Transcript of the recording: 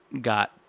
got